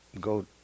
Go